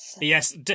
Yes